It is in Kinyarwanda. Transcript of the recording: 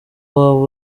waba